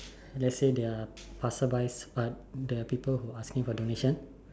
let's say there are passerby people asking for donations